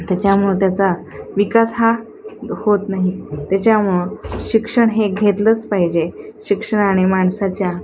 त्याच्यामुळं त्याचा विकास हा होत नाही त्याच्यामुळं शिक्षण हे घेतलंच पाहिजे शिक्षण आणि माणसाच्या